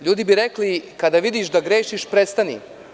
Ljudi bi rekli – kada vidiš da grešiš, prestani.